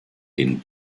den